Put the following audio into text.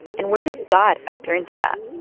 and where does god factor into that?